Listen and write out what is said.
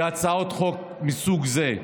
בהצעות חוק מסוג זה,